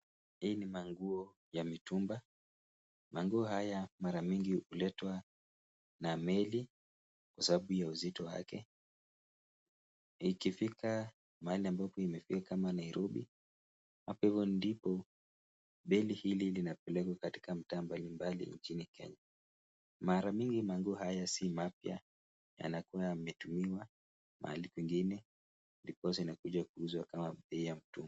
Hii ni manguo ya mitumba mangua haya mara mingi huletwa na meli, kwa sababu ya uzito wake, ikifika mahali ambapo imefika kama Nairobi, hapo ndipo meli hili linapelekwa katika mahali mbalimbali katika nchini Kenya, mara mingi manguo haya sii mapia yanakua yametumiwa mahali pengine ndipoza zinakuja kuuzwa kama bei ya mitumba.